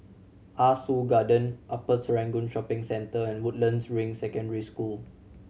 Ah Soo Garden Upper Serangoon Shopping Centre and Woodlands Ring Secondary School